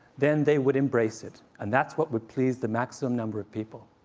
then they would embrace it. and that's what would please the maximum number of people.